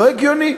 לא הגיוני.